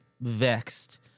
vexed